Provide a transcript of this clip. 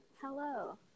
Hello